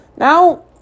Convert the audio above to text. Now